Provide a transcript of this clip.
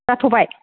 जाथ'बाय